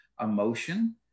emotion